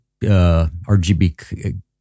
RGB